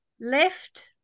left